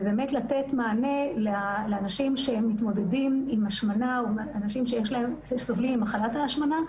צריך באמת לתת מענה לאנשים שמתמודדים עם השמנה א סובלים ממחלת ההשמנה,